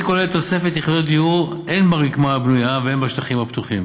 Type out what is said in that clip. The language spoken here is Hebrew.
כוללת תוספת יחידות דיור הן ברקמה הבנויה והן בשטחים הפתוחים